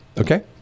Okay